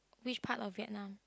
which part of Vietnam